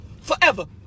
forever